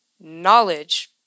Knowledge